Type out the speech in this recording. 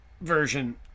version